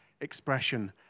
expression